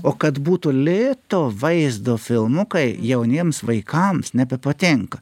o kad būtų lėto vaizdo filmukai jauniems vaikams nebepatinka